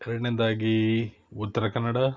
ಎರಡನೇದಾಗಿ ಉತ್ತರ ಕನ್ನಡ